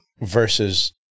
versus